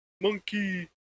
Monkey